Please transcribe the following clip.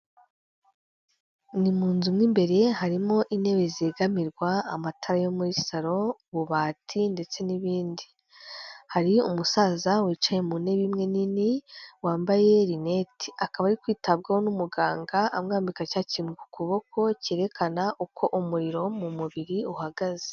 Ni mu nzu mw'imbere harimo intebe zegamirwa, amatara yo muri salo, ububati ndetse n'ibindi. Hari umusaza wicaye mu ntebe imwe nini wambaye rinete, akaba ari kwitabwaho n'umuganga amwambika cya kintu ku kuboko cyerekana uko umuriro wo mu mubiri uhagaze.